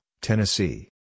Tennessee